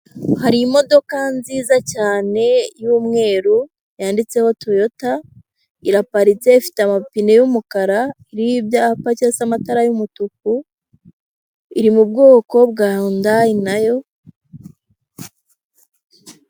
Hari imodoka nziza cyane y'umweru yanditseho Toyota, iraparitse ifite amapine y'umukara, iriho ibyapa cyangwa se amatara y'umutuku, iri mu bwoko bwa Yundayi nayo.